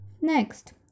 Next